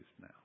now